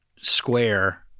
square